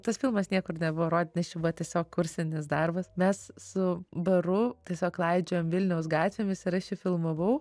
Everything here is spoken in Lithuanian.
tas filmas niekur nebuvo rodytas nes čia buvo tiesiog kursinis darbas mes su baru tiesiog klaidžiojom vilniaus gatvėmis ir aš jį filmavau